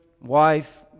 wife